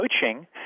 coaching